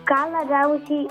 ką labiausiai